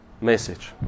message